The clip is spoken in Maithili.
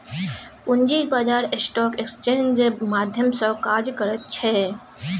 पूंजी बाजार स्टॉक एक्सेन्जक माध्यम सँ काज करैत छै